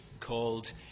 called